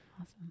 Awesome